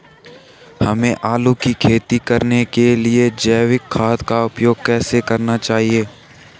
हमें आलू की खेती करने के लिए जैविक खाद का उपयोग कैसे करना चाहिए?